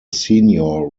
senior